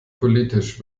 politisch